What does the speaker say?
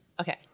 Okay